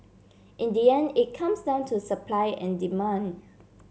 in the end it comes down to supply and demand